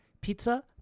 pizza